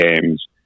games